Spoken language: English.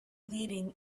leading